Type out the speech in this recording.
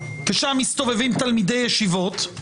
כי שם מסתובבים תלמידי ישיבות,